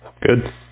Good